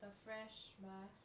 the fresh mask